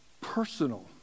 personal